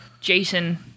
Jason